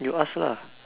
you ask lah